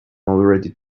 already